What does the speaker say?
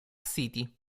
city